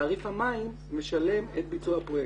תעריף המים משלם את ביצוע הפרויקט.